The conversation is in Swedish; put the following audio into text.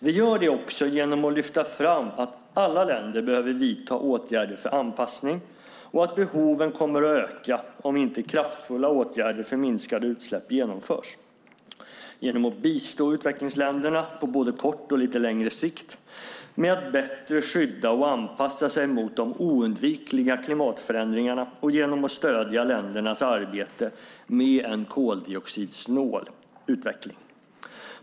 Vi gör det också genom att lyfta fram att alla länder behöver vidta åtgärder för anpassning och att behoven kommer att öka om inte kraftfulla åtgärder för minskade utsläpp genomförs, genom att bistå utvecklingsländerna, på både kort och lite längre sikt, med att bättre skydda och anpassa sig mot de oundvikliga klimatförändringarna och genom att stödja ländernas arbete med en koldioxidsnål utveckling.